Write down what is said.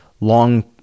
long